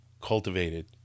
cultivated